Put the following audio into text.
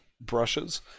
brushes